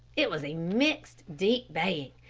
it was a mixed, deep baying,